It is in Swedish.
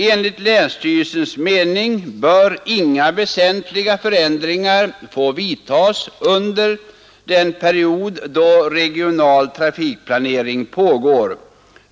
Enligt länsstyrelsens mening bör inga väsentliga förändringar få vidtas under den period då regional trafikplanering pågår.